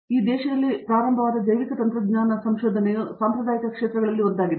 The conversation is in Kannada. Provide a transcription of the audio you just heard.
ಆದ್ದರಿಂದ ಈ ದೇಶದಲ್ಲಿ ಪ್ರಾರಂಭವಾದ ಜೈವಿಕ ತಂತ್ರಜ್ಞಾನ ಸಂಶೋಧನೆಯ ಸಾಂಪ್ರದಾಯಿಕ ಕ್ಷೇತ್ರಗಳಾಗಿವೆ